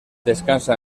descansa